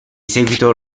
seguito